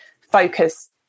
focus